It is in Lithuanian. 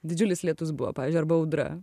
didžiulis lietus buvo pavyzdžiui arba audra